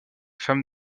femme